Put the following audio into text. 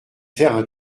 faire